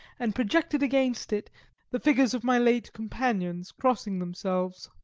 and projected against it the figures of my late companions crossing themselves.